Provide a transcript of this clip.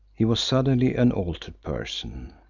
he was suddenly an altered person.